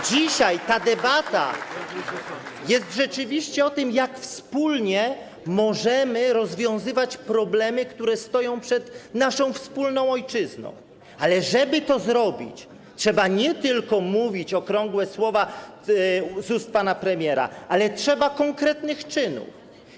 Dzisiaj ta debata jest rzeczywiście o tym, jak wspólnie możemy rozwiązywać problemy, które stoją przed naszą wspólną ojczyzną, ale żeby to zrobić, trzeba nie tylko mówić okrągłe słowa, które padają z ust pana premiera, ale trzeba konkretnych czynów.